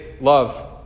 love